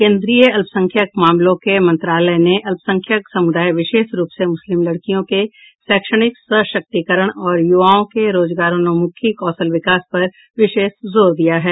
केंद्रीय अल्पसंख्यक मामलों के मंत्रालय ने अल्पसंख्यक समुदाय विशेष रूप से मुस्लिम लड़कियों के शैक्षणिक सशक्तिकरण तथा युवाओं के रोजगारोन्मुखी कौशल विकास पर विशेष जोर दिया है